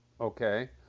Okay